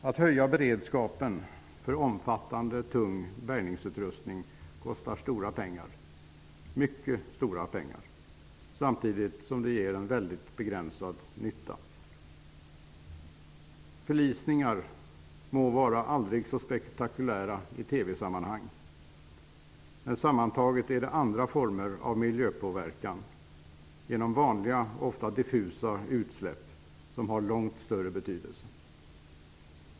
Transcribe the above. Att höja beredskapen för omfattande tung bärgningsutrustning kostar mycket pengar, oerhört mycket pengar, och ger samtidigt en väldigt begränsad nytta. Förlisningar må vara aldrig så spektakulära i TV-reportage, men sammantaget har andra former av miljöpåverkan genom vanliga och ofta diffusa utsläpp långt större betydelse.